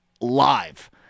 live